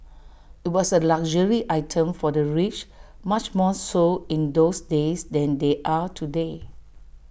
IT was A luxury item for the rich much more so in those days than they are today